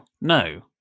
no